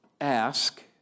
Ask